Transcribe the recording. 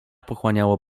pochłaniało